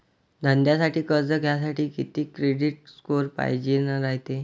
धंद्यासाठी कर्ज घ्यासाठी कितीक क्रेडिट स्कोर पायजेन रायते?